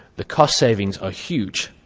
the cost savings are huge.